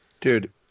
Dude